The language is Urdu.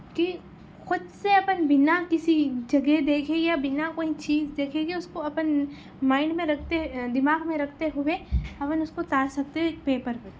کہ خود سے اپن بنا کسی جگہ دیکھے یا بنا کوئی چیز دیکھے کہ اس کو اپن مائنڈ میں رکھتے دماغ میں رکھتے ہوئے اپن اُس کو اتار سکتے ایک پیپر پہ